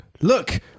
Look